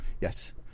Yes